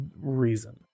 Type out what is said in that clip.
reason